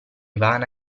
vana